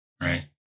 right